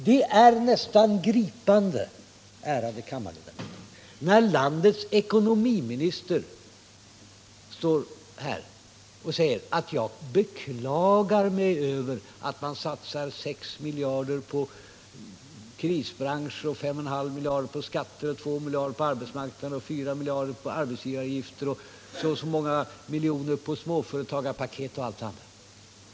Det är nästan gripande, ärade kammarledamöter, att höra landets ekonomiminister stå här och säga att jag beklagar mig över att man satsar 6 miljarder kronor på krisbranscher, 5,5 miljarder kronor på skattelättnader, 2 miljarder kronor på arbetsmarknaden, 4 miljarder kronor i form av lägre arbetsgivaravgifter, så och så många miljoner kronor på småföretagarna.